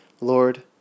Lord